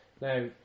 now